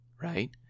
right